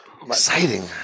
Exciting